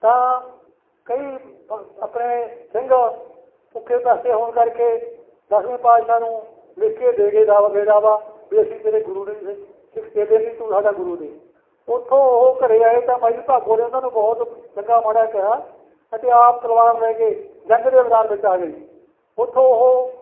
ਤਾਂ ਪ ਕਈ ਆਪਣੇ ਸਿੰਘ ਬ ਭੁੱਖੇ ਪਿਆਸੇ ਹੋਣ ਕਰਕੇ ਦਸਵੇਂ ਪਾਤਸ਼ਾਹ ਨੂੰ ਲਿਖ ਕੇ ਦੇ ਗਏ ਦਾਵਾ ਬੇਦਾਵਾ ਵੀ ਅਸੀਂ ਤੇਰੇ ਗੁਰੂ ਨਹੀਂ ਸਿੱਖ ਚੇਲੇ ਨਹੀਂ ਤੂੰ ਸਾਡਾ ਗੁਰੂ ਨਹੀਂ ਉੱਥੋਂ ਉਹ ਘਰੇ ਆਏ ਤਾਂ ਮਾਈ ਭਾਗੋ ਨੇ ਉਹਨਾਂ ਨੂੰ ਬਹੁਤ ਚੰਗਾ ਮਾੜਾ ਕਿਹਾ ਅਤੇ ਆਪ ਤਲਵਾਰ ਲੈ ਕੇ ਜੰਗ ਦੇ ਮੈਦਾਨ ਵਿੱਚ ਆ ਗਈ ਉੱਥੋਂ ਉਹ